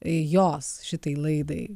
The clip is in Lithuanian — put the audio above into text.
jos šitai laidai